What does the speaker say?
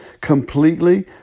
completely